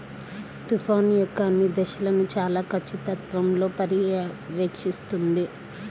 తుఫాను యొక్క అన్ని దశలను చాలా ఖచ్చితత్వంతో పర్యవేక్షిస్తుంది